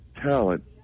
talent